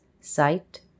Sight